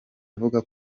avuga